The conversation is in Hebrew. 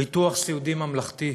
ביטוח סיעודי ממלכתי.